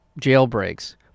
jailbreaks